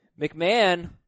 McMahon